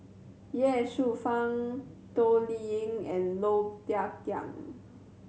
Ye Shufang Toh Liying and Low Thia Khiang